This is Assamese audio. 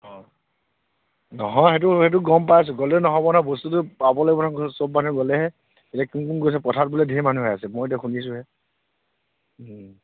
অঁ নহয় সেইটো সেইটো গম পাইছোঁ গ'লেই নহ'ব নহয় বস্তুটো পাব লাগিব নহয় চব মানুহ গ'লেহে এতিয়া কোন কোন গৈছে পথাৰত বোলে ধেৰ মানুহেই আছে মই এতিয়া শুনিছোঁহে